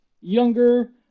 younger